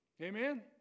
Amen